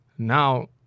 Now